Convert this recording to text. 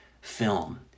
film